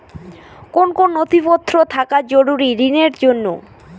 কোন কোন নথিপত্র থাকা জরুরি ঋণের জন্য?